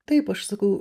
taip aš sakau